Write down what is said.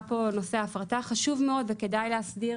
חשוב מאוד וכדאי להסדיר